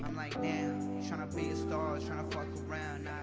like damn trying to be a star trying to fuck around